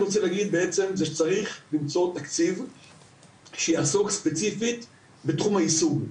צריך למצוא תקציב שיעסוק ספציפית בתחום היישום,